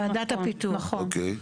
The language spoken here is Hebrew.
נכון, נכון.